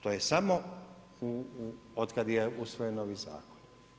To je samo od kad je usvojen novi zakon.